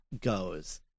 goes